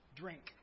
drink